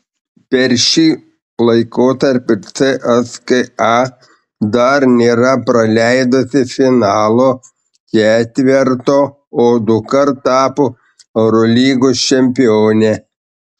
per šį laikotarpį cska dar nėra praleidusi finalo ketverto o dukart tapo eurolygos čempione